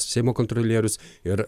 seimo kontrolierius ir